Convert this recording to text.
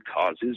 causes